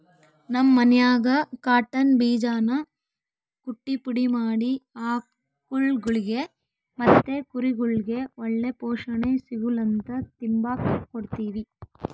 ನಮ್ ಮನ್ಯಾಗ ಕಾಟನ್ ಬೀಜಾನ ಕುಟ್ಟಿ ಪುಡಿ ಮಾಡಿ ಆಕುಳ್ಗುಳಿಗೆ ಮತ್ತೆ ಕುರಿಗುಳ್ಗೆ ಒಳ್ಳೆ ಪೋಷಣೆ ಸಿಗುಲಂತ ತಿಂಬಾಕ್ ಕೊಡ್ತೀವಿ